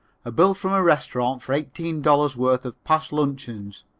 a bill from a restaurant for eighteen dollars' worth of past luncheons.